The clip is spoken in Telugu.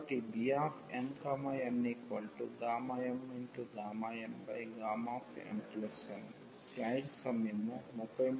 కాబట్టి Bmnmnmn